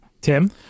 Tim